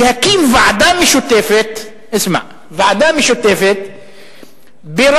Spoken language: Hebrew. להקים ועדה משותפת, אסמע, ועדה משותפת בראשותו,